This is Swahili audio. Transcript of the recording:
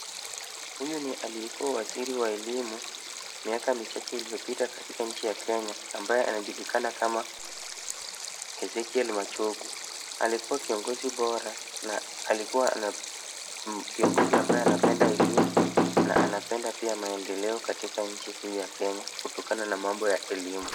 Huyu ni aliyekuwa waziri wa elimu miaka michache iliyopita katika nchi ya Kenya ambaye anajulikana kama Ezekiel Machogu. Alikuwa kiongozi bora na alikuwa kiongozi ambaye anapenda elimu na anapenda pia maendeleo katika nchi hii ya Kenya kutokana na mambo ya elimu.